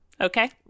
Okay